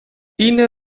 ine